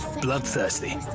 bloodthirsty